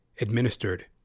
administered